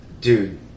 dude